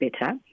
better